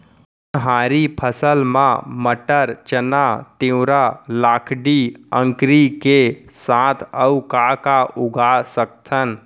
उनहारी फसल मा मटर, चना, तिंवरा, लाखड़ी, अंकरी के साथ अऊ का का उगा सकथन?